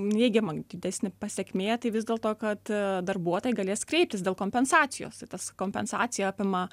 neigiama didesnė pasekmė tai vis dėlto kad darbuotojai galės kreiptis dėl kompensacijos tai tas kompensacija apima